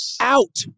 out